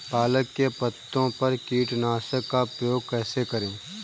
पालक के पत्तों पर कीटनाशक का प्रयोग कैसे करें?